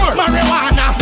marijuana